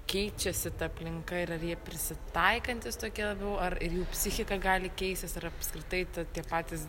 keičiasi ta aplinka ir ar jie prisitaikantys tokie labiau ar ir jų psichika gali keistis ar apskritai tai tie patys